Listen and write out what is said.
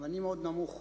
ואני מאוד נמוך